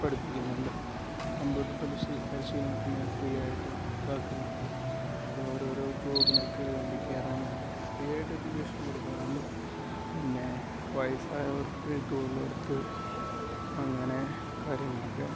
പഠിപ്പിക്കുന്നുണ്ട് കമ്പ്യൂട്ട്ർ പരിശീലനത്തിന് ഫ്രീയായിട്ട് ഇതാക്കുന്നുണ്ട് അത് ഓരോരോ ജോബിനൊക്കെ വേണ്ടി കയറാൻ വേണ്ടിയിട്ട് ഫ്രീയായിട്ട് എജുക്കേഷൻ കൊടുക്കുന്നുണ്ട് പിന്നെ വയസ്സായവർക്ക് തൊഴിലുറപ്പ് അങ്ങനെ കാര്യങ്ങളൊക്കെ